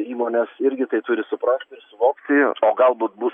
įmonės irgi tai turi suprast ir suvokti o galbūt bus